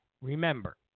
remember